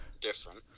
different